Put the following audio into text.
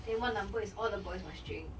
then one number is all the boys must drink